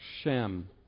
Shem